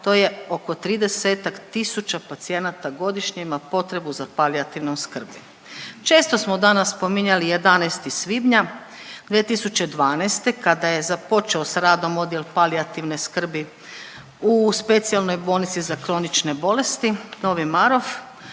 to je, oko 30-tak tisuća pacijenata godišnje ima potrebu za palijativnom skrbi. Često smo danas spominjali 11. svibnja 2012. kada je započeo s radom odjel palijativne skrbi u Specijalnoj bolnici za kronične bolesti Novi Marof,